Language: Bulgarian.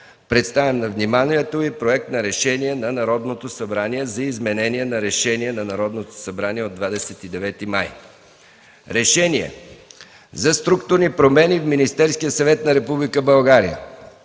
представям на вниманието Ви Проект на решение на Народното събрание за изменение на Решение на Народното събрание от 29 май. „РЕШЕНИЕ за структурни промени в Министерския съвет на Република България